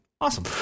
Awesome